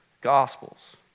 gospels